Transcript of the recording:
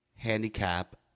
Handicap